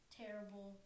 terrible